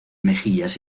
mejillas